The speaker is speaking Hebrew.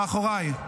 זה מאחוריי.